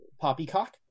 poppycock